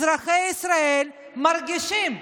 אזרחי ישראל מרגישים,